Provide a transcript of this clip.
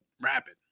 Rapid